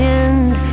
end